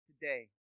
today